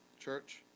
Church